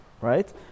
right